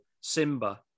Simba